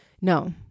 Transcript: No